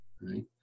Right